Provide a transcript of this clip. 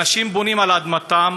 אנשים בונים על אדמתם,